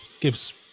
gives